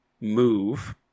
move